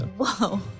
Whoa